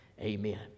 Amen